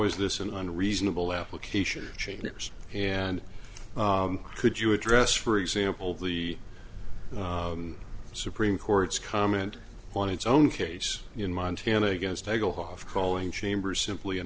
is this an unreasonable application trainers and could you address for example the supreme court's comment on its own case in montana against a go off calling chamber simply an